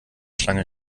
schlange